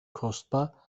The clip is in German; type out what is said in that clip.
kostbar